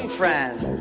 friend